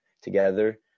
together